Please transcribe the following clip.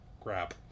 Crap